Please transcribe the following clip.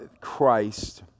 Christ